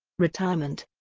retirement